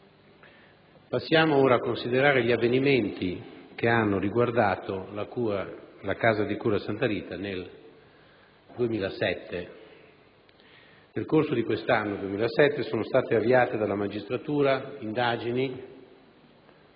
Passiamo ora a considerare gli avvenimenti che hanno riguardato la casa di cura Santa Rita nel 2007. Nel corso del 2007 sono state avviate dalla magistratura indagini